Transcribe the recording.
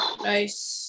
Nice